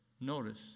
Notice